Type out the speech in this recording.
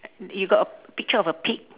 you got a picture of a pig